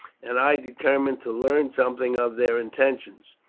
and i determined to learn something of their intentions.